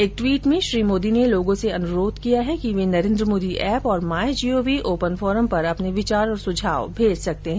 एक ट्वीट में श्री मोदी ने लोगों से अनुरोध किया है कि वे नरेन्द्र मोदी एप और my G O V open forum पर अपने विचार और सुझाव दे सकते हैं